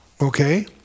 okay